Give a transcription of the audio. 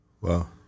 Wow